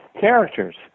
characters